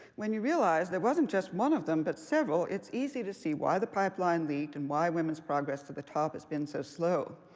when you realize there wasn't just one of them, but several, it's easy to see why the pipeline leaked and why women's progress to the top has been so slow.